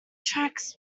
tracks